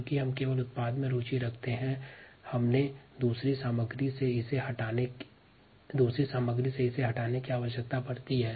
चूंकि हम केवल उत्पाद में रुचि रखते हैं अतएव हमें वंछित उत्पाद को अन्य अवांछित सामग्री से अलग करने की आवश्यकता पड़ती है